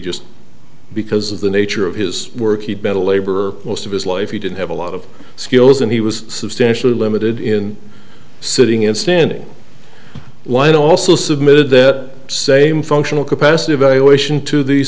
just because of the nature of his work he'd been a laborer most of his life he didn't have a lot of skills and he was substantially limited in sitting in standing in line also submitted that same functional capacity evaluation to the